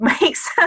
makes